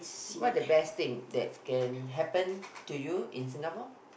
what the best thing that can happen to you in Singapore